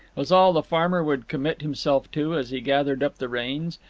was all the farmer would commit himself to, as he gathered up the reins.